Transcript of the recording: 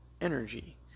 energy